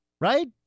right